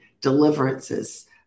deliverances